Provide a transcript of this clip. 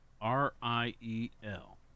R-I-E-L